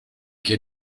que